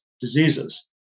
diseases